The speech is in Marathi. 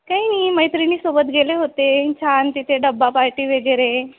काही नाही मैत्रिणीसोबत गेले होते छान तिथे डब्बा पार्टी वगैरे